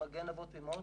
כמגן אבות ואימהות,